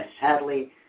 Sadly